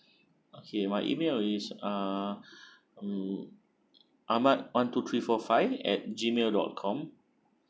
okay my email is uh mm ahmad one two three four five at G mail dot com